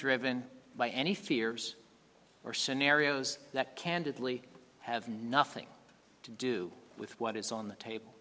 driven by any fears or scenarios that candidly have nothing to do with what is on the table